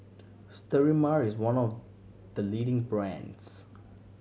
Sterimar is one of the leading brands